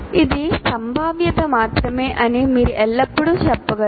ఇది సంభావ్యత మాత్రమే అని మీరు ఎల్లప్పుడూ చెప్పగలరు